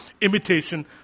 imitation